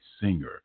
singer